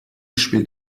spielt